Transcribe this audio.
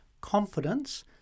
confidence